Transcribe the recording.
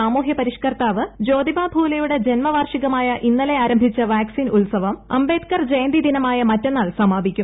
സാമൂഹ്യ പരിഷ്കർത്താവ് ജ്യോതിബ ഫുലെയുടെ ജന്മവാർഷികമായ ഇന്നലെ ആരംഭിച്ച വാക്സിൻ ഉത്സവം അംബേദ്കർ ജയന്തി ദിനമായ മറ്റ ന്നാൾ സമാപിക്കും